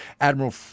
Admiral